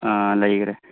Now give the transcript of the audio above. ꯑꯥ ꯂꯩꯒꯔꯦ